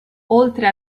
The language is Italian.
oltre